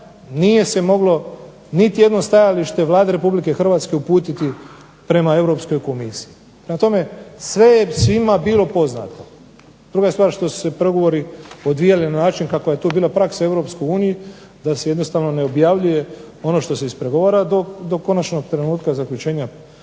nije se moglo niti jedno stajalište Vlade Republike Hrvatske uputiti prema Europskoj komisiji. Prema tome, sve je svima bilo poznato, druga je stvar što su se pregovori odvijali na način kakva je to bila praksa u Europskoj uniji, da se jednostavno ne objavljuje ono što se ispregovara do konačnog trenutka zaključenja